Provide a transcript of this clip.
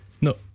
No